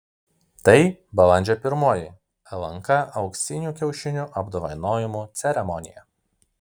tai balandžio pirmoji lnk auksinių kiaušinių apdovanojimų ceremonija